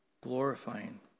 glorifying